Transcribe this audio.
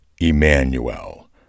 Emmanuel